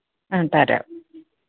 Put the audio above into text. ആ തരാം